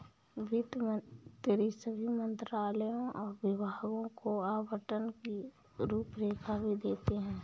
वित्त मंत्री सभी मंत्रालयों और विभागों को आवंटन की रूपरेखा भी देते हैं